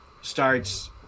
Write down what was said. starts